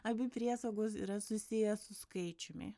abi priesagoz yra susiję su skaičiumi